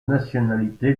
nationalité